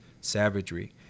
savagery